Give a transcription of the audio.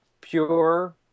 Pure